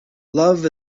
love